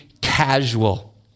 casual